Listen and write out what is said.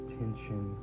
tension